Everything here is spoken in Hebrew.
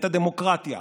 את הדמוקרטיה,